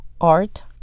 art